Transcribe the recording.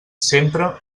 sempre